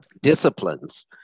disciplines